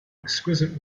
exquisite